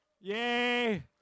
Yay